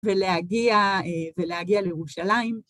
ולהגיע לירושלים.